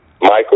Michael